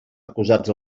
acusats